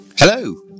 Hello